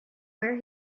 where